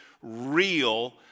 real